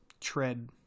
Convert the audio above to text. tread